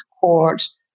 courts